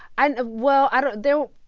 and ah well, i don't there.